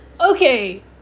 Okay